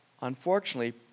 Unfortunately